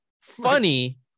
Funny